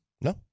No